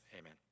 amen